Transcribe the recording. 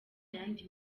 yandi